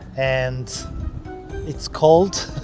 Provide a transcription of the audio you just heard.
and it's cold